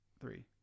Three